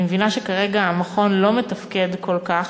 אני מבינה שכרגע המכון לא מתפקד כל כך,